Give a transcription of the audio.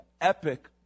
epic